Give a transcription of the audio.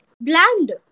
bland